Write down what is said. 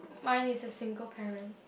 mine is a single parent